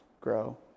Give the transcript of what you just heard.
grow